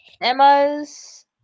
Emma's